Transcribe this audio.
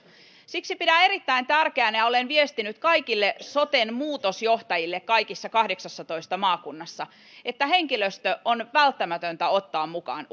siksi pidän erittäin tärkeänä ja olen viestinyt kaikille soten muutosjohtajille kaikissa kahdeksassatoista maakunnassa että henkilöstö on välttämätöntä ottaa mukaan